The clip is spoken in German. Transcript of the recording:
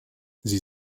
sie